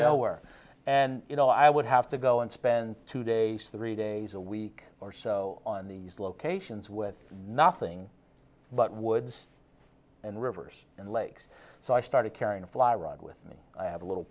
nowhere and you know i would have to go and spend two days three days a week or so on these locations with nothing but woods and rivers and lakes so i started carrying a fly rod with me i have a little